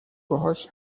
باهاش